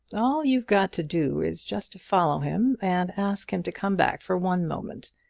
all you've got to do is just to follow him and ask him to come back for one moment.